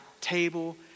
table